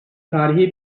tarihi